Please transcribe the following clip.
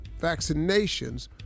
vaccinations